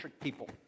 people